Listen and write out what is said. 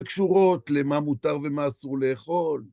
הקשורות למה מותר ומה אסור לאכול.